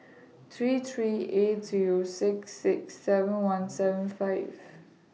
three three eight Zero six six seven one seven five